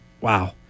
Wow